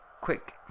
quick